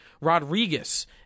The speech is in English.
Rodriguez